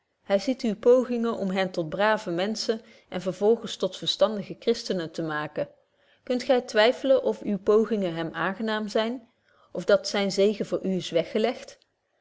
hy ziet uwe pogingen om hen tot brave menschen en vervolgens tot verstandige christenen te maken kunt gy twyffelen of uwe pogingen hem aangenaam zyn of dat zyn zegen voor u is weggelegd